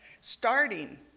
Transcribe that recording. Starting